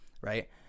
right